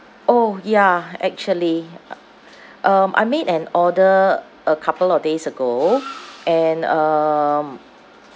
orh ya actually um I made an order a couple of days ago and um